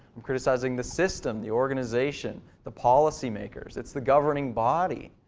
i'm criticizing the system, the organization, the policy makers. it's the governing body.